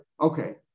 Okay